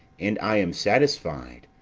and i am satisfied!